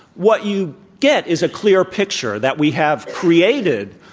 what you get is a clear picture that we have created,